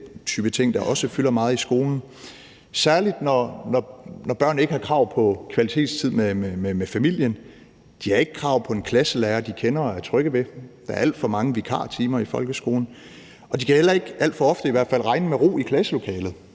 det er den type ting, der også fylder meget i skolen, særlig når børn ikke har krav på kvalitetstid med familien, de har ikke krav på en klasselærer, de kender og er trygge ved, der er alt for mange vikartimer i folkeskolen, og de kan heller ikke – alt for ofte i hvert fald – regne med ro i klasselokalet